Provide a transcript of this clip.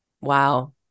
wow